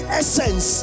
essence